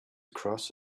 across